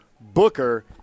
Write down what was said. Booker